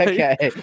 Okay